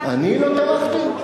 אני לא תמכתי?